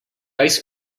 ice